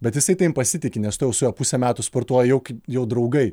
bet jisai tavim pasitiki nes tu jau su juo pusę metų sportuoji jau kaip jau draugai